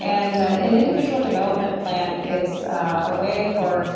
and an individual development plan is a way for